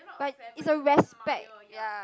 but is a respect ya